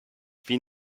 wie